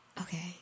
okay